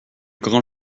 grand